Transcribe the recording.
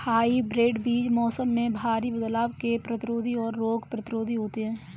hybrid बीज मौसम में भारी बदलाव के प्रतिरोधी और रोग प्रतिरोधी होते हैं